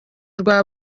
rwa